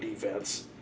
defense